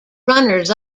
runners